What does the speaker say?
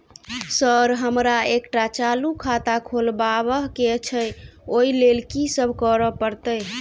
Sir हमरा एकटा चालू खाता खोलबाबह केँ छै ओई लेल की सब करऽ परतै?